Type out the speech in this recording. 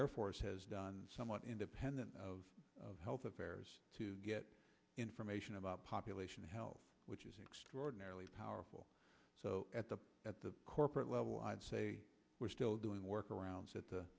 air force has done somewhat independent of of health affairs to get information about population health which is extraordinarily powerful so at the at the corporate level i'd say we're still doing work arounds at the